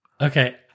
Okay